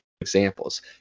examples